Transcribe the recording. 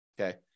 Okay